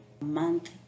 month